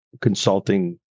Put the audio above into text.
consulting